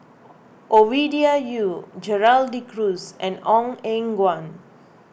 Ovidia Yu Gerald De Cruz and Ong Eng Guan